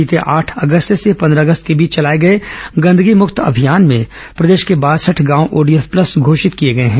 बीते आठ अगस्त से पन्द्रह अगस्त के बीच चलाए गए गंदगी मुक्त अभियान में प्रदेश के बासठ गांव ओडीएफ प्लस घोषित किए गए हैं